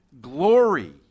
glory